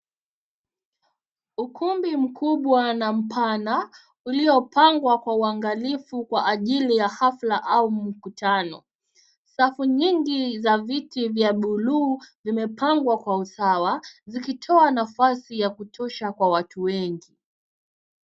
Ukumbi mkubwa na mpana uliopangwa kwa uangalifu kwa ajili ya hafla au mkutano. Safu nyingi za viti vya bluu zimepangwa kwa usawa zikitoa nafasi ya kutosha kwa watu wengi.